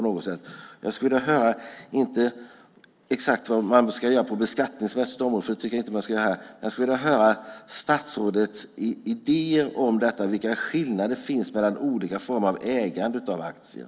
Jag skulle vilja höra, inte exakt vad man ska göra beskattningsmässigt, för något sådant tycker jag inte man ska göra här, men statsrådets idéer om detta, om vilka skillnader det finns mellan olika former av ägande av aktier.